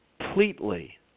completely